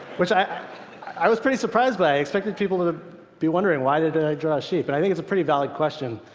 which i i was pretty surprised by. i expected people to be wondering, why did did i draw a sheep? and but i think it's a pretty valid question.